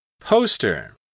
Poster